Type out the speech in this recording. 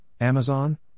Amazon